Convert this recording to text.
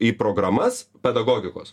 į programas pedagogikos